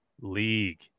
League